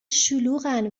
شلوغن